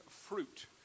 fruit